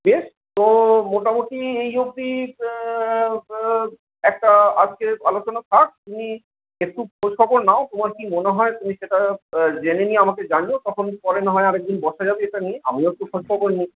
বেশ তো মোটামোটি এই অব্দি একটা আজকের আলোচনা থাক তুমি একটু খোঁজখবর নাও তোমার কি মনে হয় তুমি সেটা জেনে নিয়ে আমাকে জানিও তখন পরে না হয় আর একদিন বসা যাবে এটা নিয়ে আমিও একটু খোঁজখবর নিই